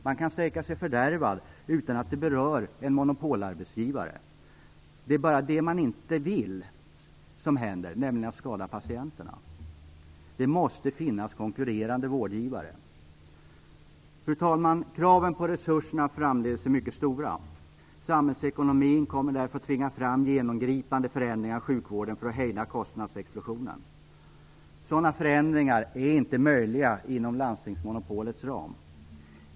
Man kan strejka sig fördärvad utan att det berör en monopolarbetsgivare. Det är bara det man inte vill som händer, nämligen att patienterna skadas. Det måste finnas konkurrerande vårdgivare. Fru talman! Kraven på resurserna framdeles är mycket stora. Samhällsekonomin kommer därför att tvinga fram genomgripande förändringar i sjukvården för att hejda kostnadsexplosionen. Sådana förändringar är inte möjliga inom landstingsmonopolets ram.